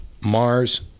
Mars